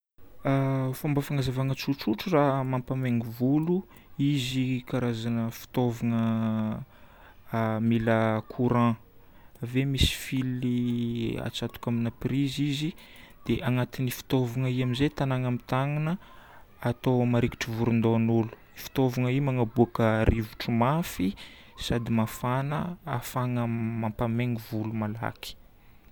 Fomba fanazavagna tsotsotro raha mampamaigny volo: izy karazagna fitaovagna mila courant. Ave misy fil atsatoka amina prise izy dia agnatin'io fitaovagna io amin'izay tagnàna amin'ny tagnana atao marikitry voron-dohan'olo. Fitaovagna io magnaboaka rivotra mafy sady mafana ahafahana mampamaigny volo malaky.